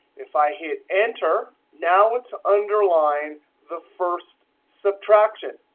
if i hit enter, now it's underlining the first subtraction.